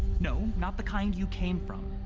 no, not the kind you came from,